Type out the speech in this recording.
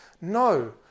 No